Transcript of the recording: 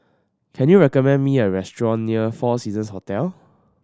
can you recommend me a restaurant near Four Seasons Hotel